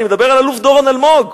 אני מדבר על אלוף דורון אלמוג,